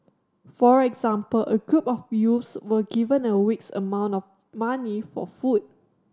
for example a group of youths were given a week's amount of money for food